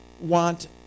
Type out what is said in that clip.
want